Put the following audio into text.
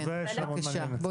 אדם